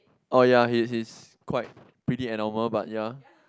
oh ya he's he's quite pretty abnormal but ya